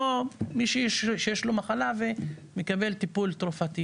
מישהו שיש לו מחלה ומקבל טיפול תרופתי